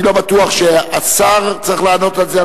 אני לא בטוח שהשר צריך לענות על זה,